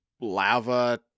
lava